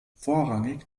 vorrangig